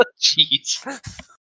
Jeez